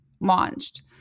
launched